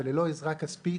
וללא עזרה כספית